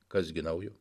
kas gi naujo